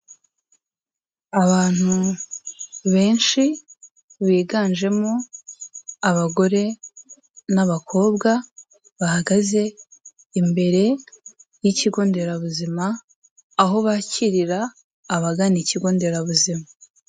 Abantu benshi biganjemo abagore n'abakobwa, bahagaze imbere y'ikigo nderabuzima, aho bakirira abagana ikigo nderabuzima.